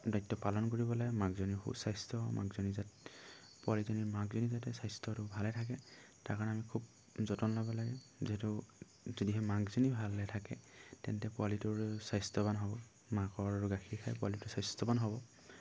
দায়িত্ব পালন কৰিব লাগে মাকজনীৰ সু স্বাস্থ্য হওক মাকজনী যাতে পোৱালিজনীৰ মাকজনী যাতে স্বাস্থ্যটো ভালে থাকে তাৰ কাৰণে আমি খুব যতন ল'ব লাগে যিহেতু যদিহে মাকজনী ভালে থাকে তেন্তে পোৱালিটোৰ স্বাস্থ্যৱান হ'ব মাকৰ গাখীৰ খাই পোৱালিটো স্বাস্থ্যৱান হ'ব